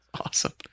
Awesome